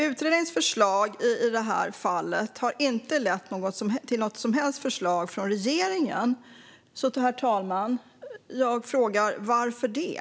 Utredningens förslag har i det här fallet inte lett till något som helst förslag från regeringen. Min fråga, herr talman, är: Varför det?